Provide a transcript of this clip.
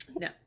No